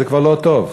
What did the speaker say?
זה כבר לא טוב.